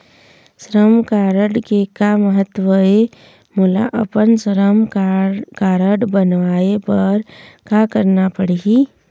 श्रम कारड के का महत्व हे, मोला अपन श्रम कारड बनवाए बार का करना पढ़ही?